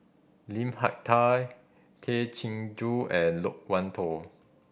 Lim Hak Tai Tay Chin Joo and Loke Wan Tho